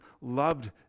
loved